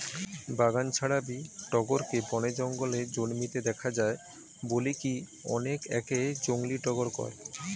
বাগান ছাড়াবি টগরকে বনে জঙ্গলে জন্মিতে দেখা যায় বলিকি অনেকে একে জংলী টগর কয়